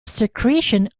secretion